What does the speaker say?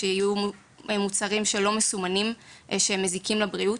שיהיו מוצרים שלא יהיו מסומנים ושהם מזיקים לבריאות.